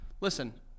Listen